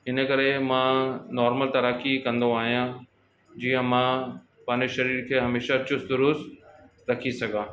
इन करे मां नॉर्मल तैराकी कंदो आहियां जीअं मां पंहिंजे शरीर खे हमेशह चुस्त दुरुस्त रखी सघां